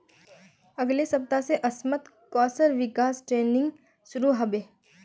अगले सप्ताह स असमत कौशल विकास ट्रेनिंग शुरू ह बे